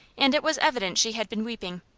and it was evident she had been weeping.